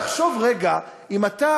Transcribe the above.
תחשוב רגע אם אתה,